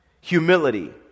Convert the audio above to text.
humility